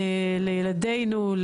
לילדינו,